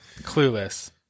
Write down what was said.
Clueless